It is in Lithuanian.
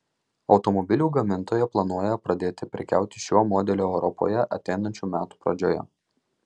automobilių gamintoja planuoja pradėti prekiauti šiuo modeliu europoje ateinančių metų pradžioje